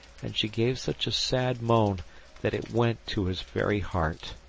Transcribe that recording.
and she gave such a sad moan that it went to his very heart.